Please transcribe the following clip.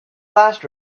last